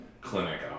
clinic